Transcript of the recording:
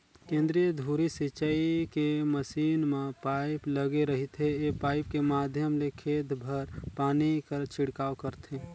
केंद्रीय धुरी सिंचई के मसीन म पाइप लगे रहिथे ए पाइप के माध्यम ले खेत भर पानी कर छिड़काव करथे